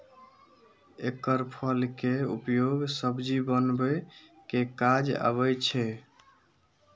एकर फल के उपयोग सब्जी बनबै के काज आबै छै